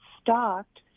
stocked